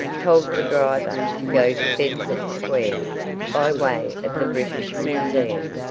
told the driver to go to bedford square by way of the british museum.